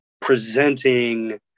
presenting